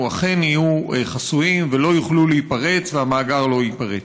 אכן יהיו חסויים ולא יוכלו להיפרץ והמאגר לא ייפרץ.